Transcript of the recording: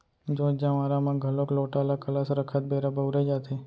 जोत जँवारा म घलोक लोटा ल कलस रखत बेरा बउरे जाथे